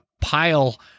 pile